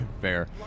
Fair